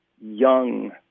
young